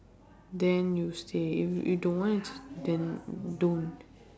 then you stay if you don't want it's then don't